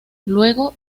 luego